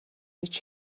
гэж